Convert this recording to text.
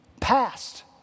Past